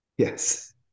Yes